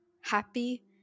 happy